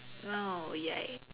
oh ya